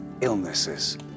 illnesses